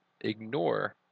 ignore